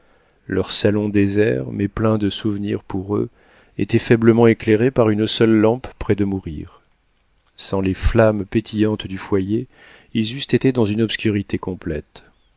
leur salon désert mais plein de souvenirs pour eux était faiblement éclairé par une seule lampe près de mourir sans les flammes pétillantes du foyer ils eussent été dans une obscurité complète